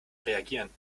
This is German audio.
reagieren